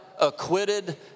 acquitted